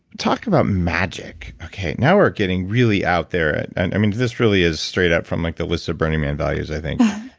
talk about magic, okay, now we're getting really out there. and and i mean, this really is straight up from like, the list of burning man values, i think.